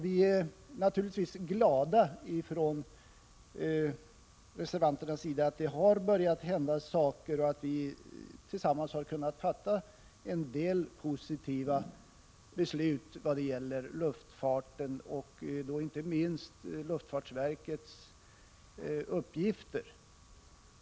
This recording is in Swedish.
Vi är från reservanternas sida naturligtvis glada över att det har börjat hända saker och att det har varit möjligt att i enighet fatta en del positiva beslut vad gäller luftfarten och inte minst vad gäller luftfartsverkets uppgifter.